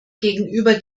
gegenüber